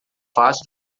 fácil